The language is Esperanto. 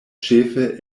ĉefe